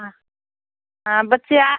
हाँ हाँ बच्चे